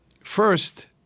First